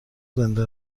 زنده